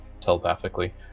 telepathically